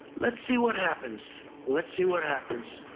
let's see what happens. let's see what happens.